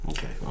Okay